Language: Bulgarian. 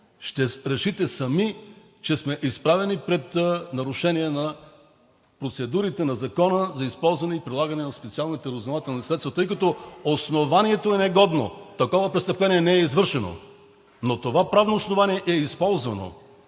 ще решите сами, че сме изправени пред нарушение на процедурите на Закона за използване и прилагане на специалните разузнавателни средства, тъй като основанието е негодно. Такова престъпление не е извършено, но това правно основание е използвано.